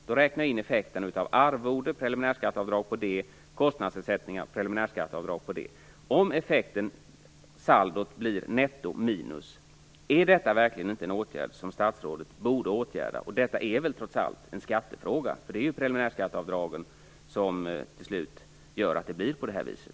Då räknar jag in effekten av arvode och preliminärskatteavdrag på det och kostnadsersättningar och preliminärskatteavdrag på det. Om saldot av detta blir minus, borde inte statsrådet då åtgärda det? Detta är väl trots allt en skattefråga? Det är ju preliminärskatteavdragen som gör att det blir på det här viset.